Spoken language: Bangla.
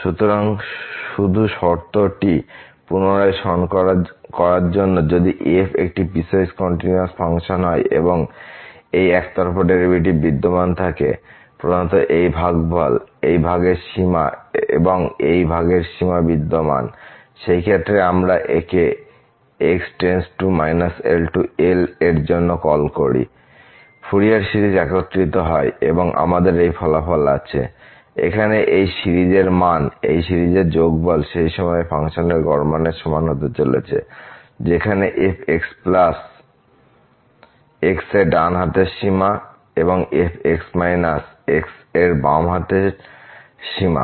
সুতরাং শুধু শর্তটি পুনরায় স্মরণ করার জন্য যদি f একটি পিসওয়াইস কন্টিনিউয়াস ফাংশন হয় এবং এই একতরফা ডেরিভেটিভস বিদ্যমান থাকে প্রধানত এই ভাগফল এই ভাগের সীমা এবং এই ভাগের সীমা বিদ্যমান সেই ক্ষেত্রে আমরা একে প্রতিটি x ∈ L Lএর জন্য কল করি ফুরিয়ার সিরিজ একত্রিত হয় এবং আমাদের এই ফলাফল আছে এখানে এই সিরিজের মান এই সিরিজের যোগফল সেই সময়ে ফাংশনের গড় মানের সমান হতে চলেছে যেখানে fx x এ ডান হাত সীমা এবং f x এ f এর বাম সীমা